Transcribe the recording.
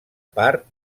part